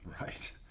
Right